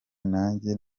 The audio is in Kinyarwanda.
nanjye